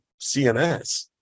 CNS